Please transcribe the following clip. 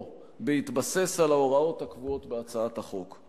בהתבסס על ההוראות הקבועות בהצעת החוק.